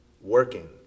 working